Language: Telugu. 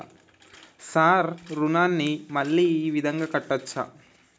సార్ రుణాన్ని మళ్ళా ఈ విధంగా కట్టచ్చా?